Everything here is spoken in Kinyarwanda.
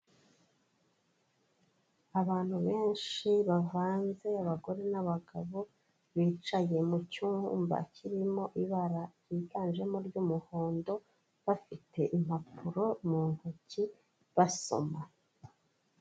Abantu benshi bavanze abagore n'abagabo bicaye mu cyumba kirimo ibara ryiganjemo ry'umuhondo bafite impapuro mu ntoki basoma.